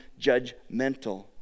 judgmental